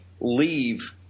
leave